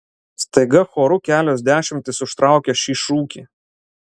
staiga choru kelios dešimtys užtraukia šį šūkį